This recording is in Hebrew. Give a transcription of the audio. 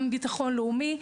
גם ביטחון לאומי,